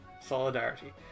Solidarity